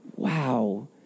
wow